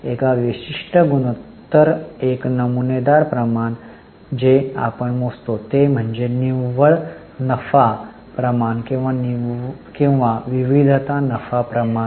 एक विशिष्ट गुणोत्तर एक नमुनेदार प्रमाण जे आपण मोजतो ते म्हणजे निव्वळ नफा प्रमाण किंवा विविधता नफा प्रमाण